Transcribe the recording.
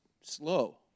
slow